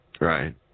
Right